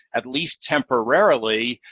at least temporarily,